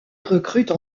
recrute